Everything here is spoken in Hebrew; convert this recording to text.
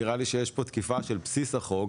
נראה לי שיש פה תקיפה של בסיס החוק,